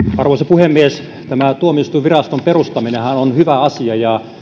puhemies tämä tuomioistuinviraston perustaminenhan on hyvä asia ja